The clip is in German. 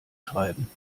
schreiben